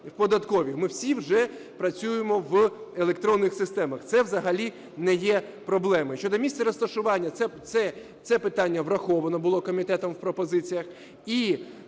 Ми всі вже працюємо в електронних системах. Це взагалі не є проблемою. Щодо місця розташування. Це питання враховано було комітетом в пропозиціях.